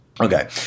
Okay